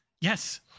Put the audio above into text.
Yes